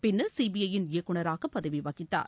பின்னர் சீபிஐ யின் இயக்குநராக பதவி வகித்தார்